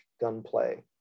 gunplay